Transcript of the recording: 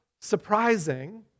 surprising